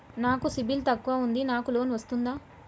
నాకు సిబిల్ తక్కువ ఉంది నాకు లోన్ వస్తుందా?